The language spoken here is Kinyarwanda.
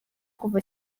kuva